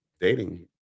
dating